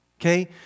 okay